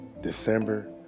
December